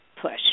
push